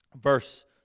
verse